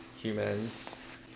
humans